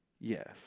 Yes